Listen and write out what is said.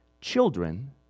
Children